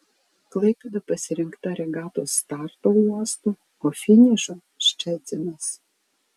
klaipėda pasirinkta regatos starto uostu o finišo ščecinas